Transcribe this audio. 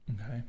Okay